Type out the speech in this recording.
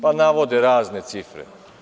Navode razne cifre.